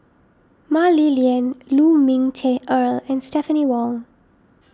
Mah Li Lian Lu Ming Teh Earl and Stephanie Wong